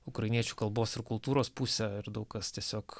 ukrainiečių kalbos ir kultūros pusė ir daug kas tiesiog